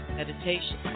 meditation